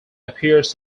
appears